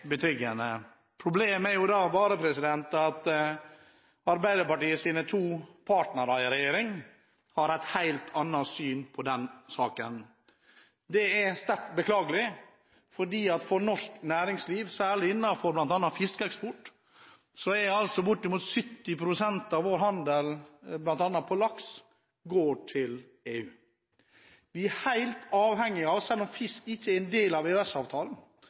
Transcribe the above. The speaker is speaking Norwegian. Problemet er bare at Arbeiderpartiets to partnere i regjeringen har et helt annet syn på den saken. Det er sterkt beklagelig, fordi for norsk næringsliv – særlig innenfor fiskeeksport – er bortimot 70 pst. av vår handel bl.a. på laks med EU. Selv om fiske eller landbruk ikke er en del av